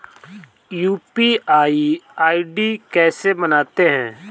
UPI ID कैसे बनाते हैं?